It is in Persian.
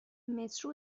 مترو